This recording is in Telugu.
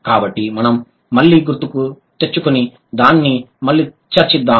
కాబట్టి మనం మళ్లీ గుర్తుకు తెచ్చుకుని దాన్ని మళ్లీ చర్చిద్దాం